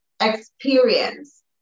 experience